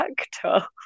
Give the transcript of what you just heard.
actor